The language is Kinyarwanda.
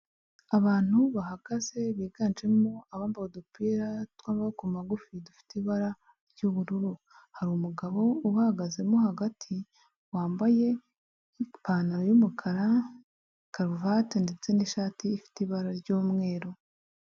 Abantu bahagaze biganjemo abambaye udupira tw'amaboko magufi dufite ibara ry'ubururu, hari umugabo ubahagazemo hagati wambaye ipantaro y'umukara karuvati ndetse n'ishati ifite ibara ry'umweru.